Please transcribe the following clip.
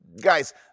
Guys